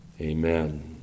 Amen